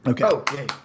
Okay